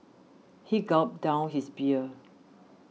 he gulped down his beer